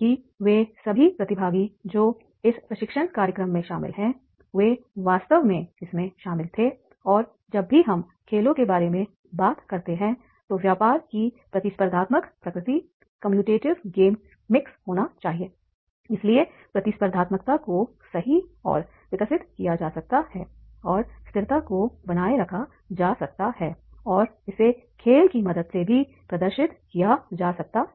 कि वे सभी प्रतिभागी जो इस प्रशिक्षण कार्यक्रम में शामिल हैं वे वास्तव में इसमें शामिल थे और जब भी हम खेलों के बारे में बात करते हैं तो व्यापार की प्रतिस्पर्धात्मक प्रकृति कम्यूटेटिव गेम्स मिक्स होना चाहिए इसलिए प्रतिस्पर्धात्मकता को सही और विकसित किया जा सकता है और स्थिरता को बनाए रखा जा सकता है और इसे खेल की मदद से भी प्रदर्शित किया जा सकता है